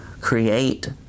Create